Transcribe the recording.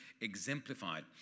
exemplified